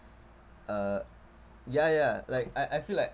uh ya ya like I I feel like